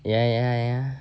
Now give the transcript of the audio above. ya ya ya